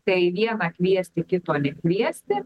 tai vieną kviesti kito nekviesti